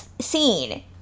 scene